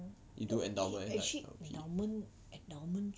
you do endowment